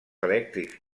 elèctrics